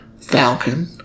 Falcon